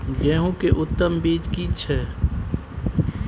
गेहूं के उत्तम बीज की छै?